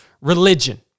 religion